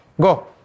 go